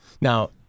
Now-